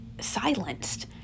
silenced